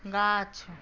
गाछ